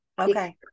Okay